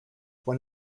when